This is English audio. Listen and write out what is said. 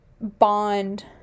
bond